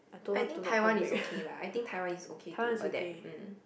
I think Taiwan is okay lah I think Taiwan is okay to adapt mm